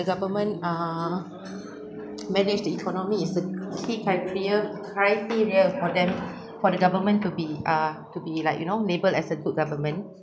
the government uh manage the economy is the key criteria criteria for them for the government to be uh to be like you know labelled as a good government